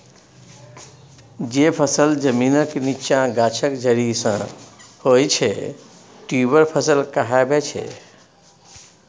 जे फसल जमीनक नीच्चाँ गाछक जरि सँ होइ छै ट्युबर फसल कहाबै छै